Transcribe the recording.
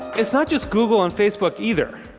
it's not just google and facebook either.